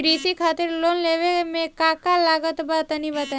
कृषि खातिर लोन लेवे मे का का लागत बा तनि बताईं?